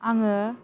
आङो